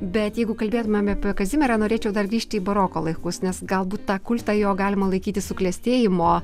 bet jeigu kalbėtumėm apie kazimierą norėčiau dar grįžti į baroko laikus nes galbūt tą kultą jo galima laikyti suklestėjimo